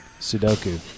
Sudoku